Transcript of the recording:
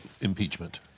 impeachment